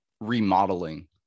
remodeling